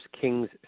Kings